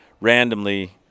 randomly